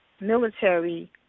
military